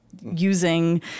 using